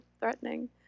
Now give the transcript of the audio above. threatening